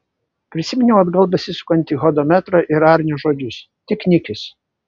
prisiminiau atgal besisukantį hodometrą ir arnio žodžius tik nikis